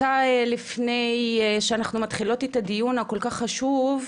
לפני שאנחנו מתחילות את הדיון הכל כך חשוב,